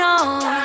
on